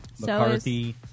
McCarthy